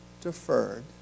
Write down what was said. deferred